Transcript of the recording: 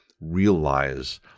realize